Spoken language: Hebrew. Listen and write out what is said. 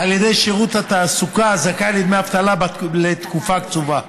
על ידי שירות התעסוקה זכאי לדמי אבטלה לתקופה קצובה.